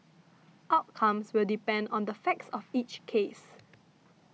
outcomes will depend on the facts of each case